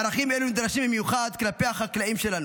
ערכים אלו נדרשים במיוחד כלפי החקלאים שלנו,